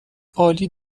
عالی